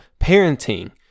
parenting